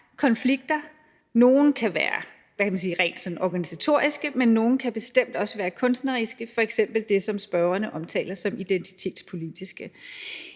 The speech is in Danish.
konflikter. Nogle kan være sådan rent organisatoriske, men nogle kan bestemt også være kunstneriske, f.eks. det, som spørgerne omtaler som identitetspolitisk.